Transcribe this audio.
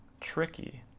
tricky